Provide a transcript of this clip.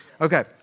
Okay